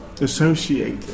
associate